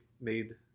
made